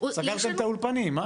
סגרתם את האולפנים.